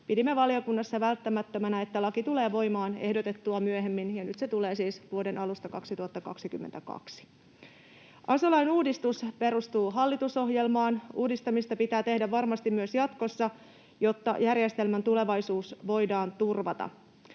pidimme valiokunnassa välttämättömänä, että laki tulee voimaan ehdotettua myöhemmin, ja nyt se tulee siis vuoden alusta 2022. Aso-lain uudistus perustuu hallitusohjelmaan. Uudistamista pitää tehdä varmasti myös jatkossa, jotta järjestelmän tulevaisuus voidaan turvata.